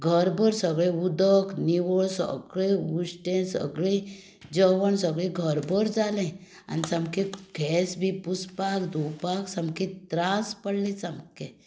घरभर सगळें उदक निवळ सगळें उश्टें सगळें जेवण सगळें घरभर जालें आनी सामकें गॅस बी पुसपाक धुंवपाक त्रास पडले सामके